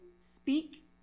Speak